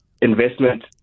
investment